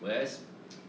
whereas